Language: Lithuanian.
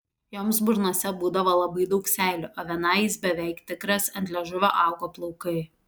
joms burnose būdavo labai daug seilių o vienai jis beveik tikras ant liežuvio augo plaukai